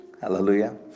hallelujah